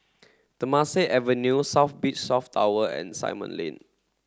Temasek Avenue South Beach South Tower and Simon Lane